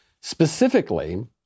Specifically